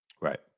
Right